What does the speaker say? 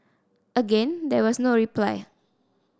again there was no reply